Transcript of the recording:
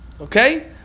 Okay